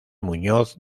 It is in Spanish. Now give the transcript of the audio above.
muñoz